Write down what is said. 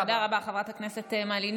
תודה רבה, חברת הכנסת מלינובסקי.